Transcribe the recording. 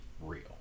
real